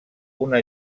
una